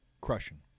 crushing